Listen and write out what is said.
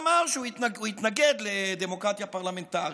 קרל שמיט התנגד לדמוקרטיה פרלמנטרית.